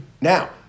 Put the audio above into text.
Now